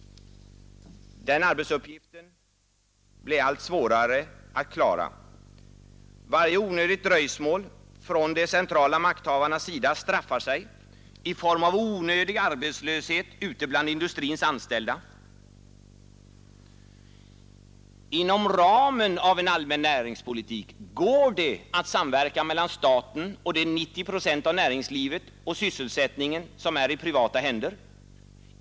Den uppgiften blir allt svårare att klara. Varje onödigt dröjsmål från de centrala makthavarnas sida straffar sig i form av onödig arbetslöshet ute i industrin. Inom ramen för en allmän näringspolitik går det att samverka mellan staten och de 90 procent av näringslivet som är i privata händer.